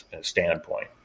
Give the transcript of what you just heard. standpoint